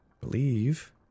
believe